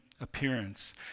appearance